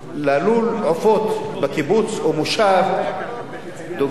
ללול העופות בקיבוץ או מושב דואגים,